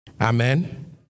Amen